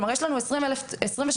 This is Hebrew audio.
כלומר יש לנו 23 אלף תוכניות,